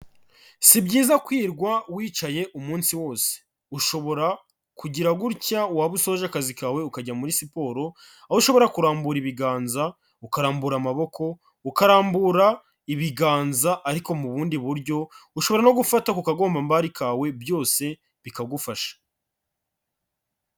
Si byiza kwirirwa wicaye umunsi wose, ushobora kugira gutya waba usoje akazi kawe ukajya muri siporo, aho ushobora kurambura ibiganza, ukarambura amaboko, ukarambura ibiganza ariko mu bundi buryo, ushobora no gufata ku kagombambari kawe byose bikagufasha.